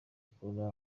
ikura